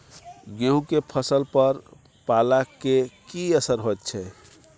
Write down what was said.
गेहूं के फसल पर पाला के की असर होयत छै?